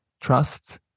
trust